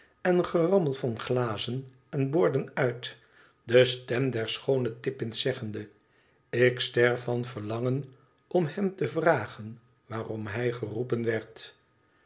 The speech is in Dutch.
en gerammel van glazen en borden uit de stem der schoone tippms zeggende ik sterf van verlangen om hem te vragen waarom hij geroepen werd